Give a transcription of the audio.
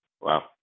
Wow